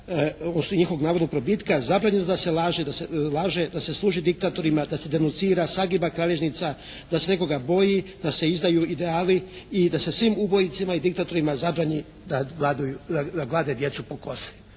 … navodnog probitka zabranjeno da se laže, da se služi diktatorima, da se denucira, sagiba kralježnica, da se nekoga boji, da se izdaju idealni i da se svim ubojicama i diktatorima zabrani da glade djecu po kosi,